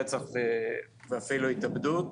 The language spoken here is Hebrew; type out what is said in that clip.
רצח ואפילו התאבדות,